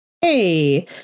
Hey